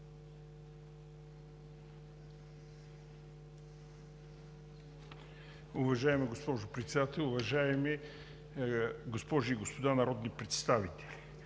Уважаема госпожо Председател, госпожи и господа народни представители!